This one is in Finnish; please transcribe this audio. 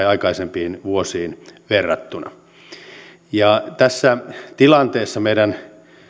aikaisempiin vuosiin verrattuna tässä tilanteessa meidän